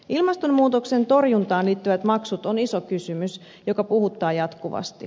ilmastonmuutoksen torjuntaan liittyvät maksut on iso kysymys joka puhuttaa jatkuvasti